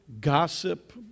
gossip